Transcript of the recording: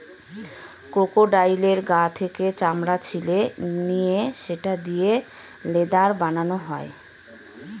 ক্রোকোডাইলের গা থেকে চামড়া ছিলে নিয়ে সেটা দিয়ে লেদার বানানো হয়